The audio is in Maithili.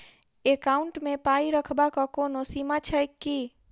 एकाउन्ट मे पाई रखबाक कोनो सीमा छैक की?